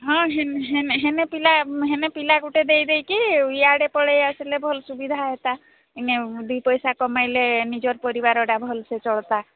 ହଁ ହେନେ ହେନେ ପିଲା ଗୋଟେ ଦେଇ ଦେଇକି ତୁ ଇଆଡ଼େ ପଳେଇ ଆସିଲେ ଭଲ ସୁବିଧା ହୁଅନ୍ତା ଏବେ ଦୁଇପଇସା କମେଇଲେ ନିଜର ପରିବାରତ ଭଲ ଚଳନ୍ତା